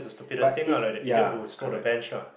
but if ya correct